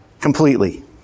completely